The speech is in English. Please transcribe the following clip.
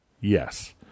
Yes